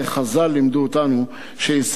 חז"ל לימדו אותנו שישראל,